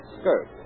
skirt